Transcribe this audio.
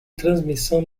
transmissão